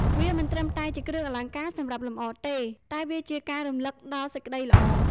វាមិនត្រឹមតែជាគ្រឿងអលង្ការសម្រាប់លម្អទេ តែវាជាការរំឭកដល់សេចក្តីល្អ។